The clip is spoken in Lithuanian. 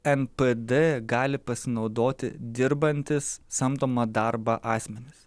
n p d gali pasinaudoti dirbantys samdomą darbą asmenys